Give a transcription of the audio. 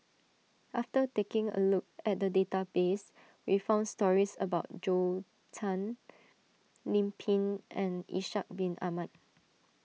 after taking a look at the database we found stories about Zhou Can Lim Pin and Ishak Bin Ahmad